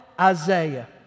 Isaiah